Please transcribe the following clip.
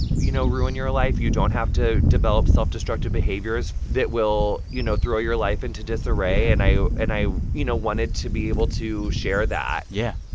you know, ruin your life. you don't have to develop self-destructive behaviors that will, you know, throw your life into disarray. and i, and you know, wanted to be able to share that yeah